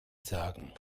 sagen